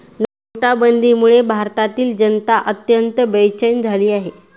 नोटाबंदीमुळे भारतातील जनता अत्यंत बेचैन झाली होती